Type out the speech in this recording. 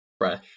Fresh